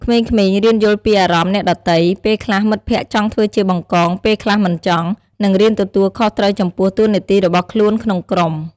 ក្មេងៗរៀនយល់ពីអារម្មណ៍អ្នកដទៃ ពេលខ្លះមិត្តភក្តិចង់ធ្វើជាបង្កង ពេលខ្លះមិនចង់ និងរៀនទទួលខុសត្រូវចំពោះតួនាទីរបស់ខ្លួនក្នុងក្រុម។